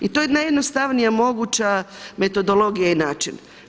I to je najjednostavnija moguća metodologija i način.